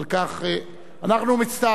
אנחנו מצטערים, כבוד השר.